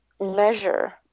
measure